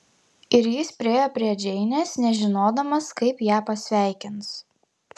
ir jis priėjo prie džeinės nežinodamas kaip ją pasveikins